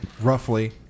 roughly